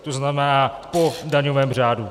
To znamená po daňovém řádu.